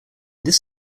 this